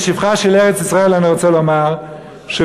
לשבחה של ארץ-ישראל אני רוצה לומר שפה